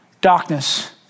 darkness